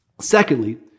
Secondly